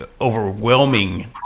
overwhelming